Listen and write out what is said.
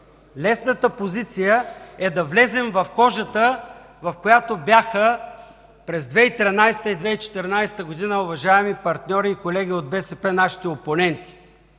лесната позиция е да влезем в кожата, в която бяха през 2013-а и 2014 г., уважаеми партньори и колеги от БСП, нашите опоненти,